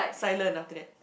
silence after that